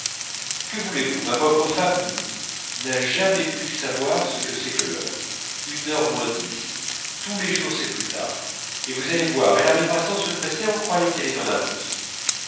que voulez-vous ma pauvre femme n'a jamais pu savoir ce que c'est que l'heure une heure moins dix tous les jours c'est plus tard et vous allez voir elle arrivera sans se presser en croyant qu'elle est en avance